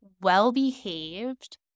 well-behaved